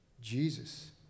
Jesus